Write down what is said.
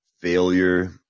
failure